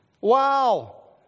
Wow